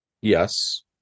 Yes